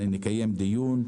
נקיים דיון,